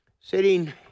sitting